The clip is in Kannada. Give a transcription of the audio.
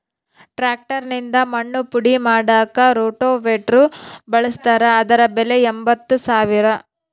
ಟ್ರಾಕ್ಟರ್ ನಿಂದ ಮಣ್ಣು ಪುಡಿ ಮಾಡಾಕ ರೋಟೋವೇಟ್ರು ಬಳಸ್ತಾರ ಅದರ ಬೆಲೆ ಎಂಬತ್ತು ಸಾವಿರ